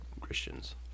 Christians